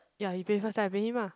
ya he pay first then I pay him lah